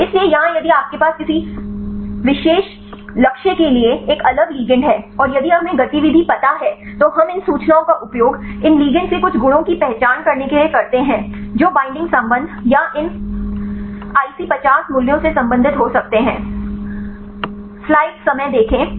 इसलिए यहां यदि आपके पास किसी विशेष लक्ष्य के लिए एक अलग लिगैंड है और यदि हमें गतिविधि पता है तो हम इन सूचनाओं का उपयोग इन लिगेंड्स के कुछ गुणों की पहचान करने के लिए करते हैं जो बिंडिंग संबंध या इन IC50 मूल्यों से संबंधित हो सकते हैं